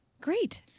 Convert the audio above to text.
Great